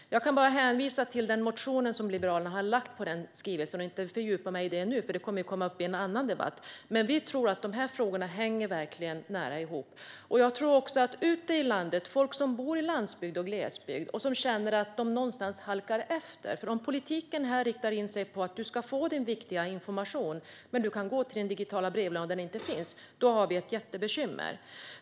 Jag kan bara hänvisa till den motion som Liberalerna har lagt fram om skrivelsen. Jag ska inte fördjupa mig i det nu, för det kommer att tas upp i en annan debatt. Vi tror dock att dessa frågor hänger nära ihop. Om folk som bor ute i landet - på landsbygden och i glesbygden - känner att de halkar efter om politiken här riktar in sig på att de, för att få sin viktiga information, ska gå till en digital brevlåda som inte finns har vi ett jättebekymmer.